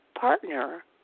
partner